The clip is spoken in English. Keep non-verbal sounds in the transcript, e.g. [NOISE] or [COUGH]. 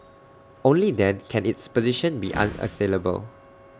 only then can its position be [NOISE] unassailable